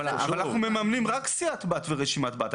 אבל אנחנו מממנים רק סיעת בת ורשימת בת,